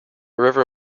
river